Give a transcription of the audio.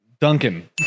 Duncan